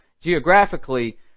geographically